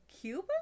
Cuba